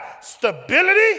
stability